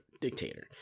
dictator